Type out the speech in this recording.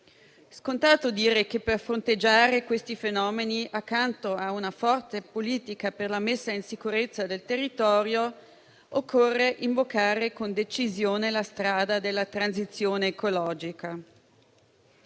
Scontato dire che per fronteggiare questi fenomeni, accanto a una forte politica per la messa in sicurezza del territorio, occorra invocare con decisione la strada della transizione ecologica.